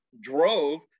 drove